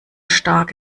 stark